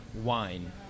wine